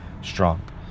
strong